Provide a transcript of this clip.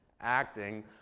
acting